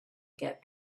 get